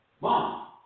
mom